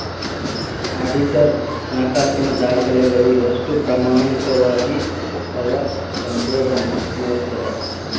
auditor ಹಣಕಾಸಿನ ದಾಖಲೆಗಳು ಎಷ್ಟು ಪ್ರಾಮಾಣಿಕವಾಗಿ ಅವ ಎಂಬೊದನ್ನ ನೋಡ್ತದ